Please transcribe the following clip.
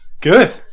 good